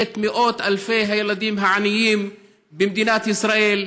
את מאות אלפי הילדים העניים במדינת ישראל: